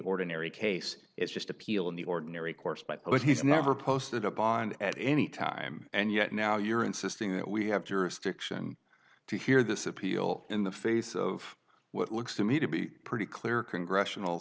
ordinary case is just appeal in the ordinary course but he's never posted a bond at any time and yet now you're insisting that we have jurisdiction to hear this appeal in the face of what looks to me to be pretty clear congressional